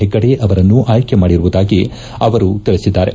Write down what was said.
ಹೆಗ್ಗಡೆ ಅವರನ್ನು ಆಯ್ಲೆ ಮಾಡಿರುವುದಾಗಿ ಅವರು ತಿಳಿಸಿದ್ದಾರೆ